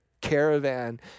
caravan